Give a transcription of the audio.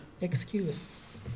excuse